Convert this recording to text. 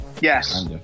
yes